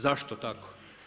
Zašto tako?